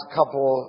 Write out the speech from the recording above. couple